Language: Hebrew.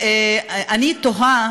אני תוהה